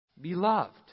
Beloved